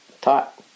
taught